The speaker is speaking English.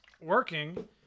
working